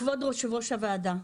כבוד יושב-ראש הוועדה,